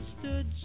stood